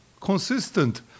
consistent